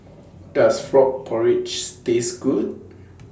Does Frog Porridges Taste Good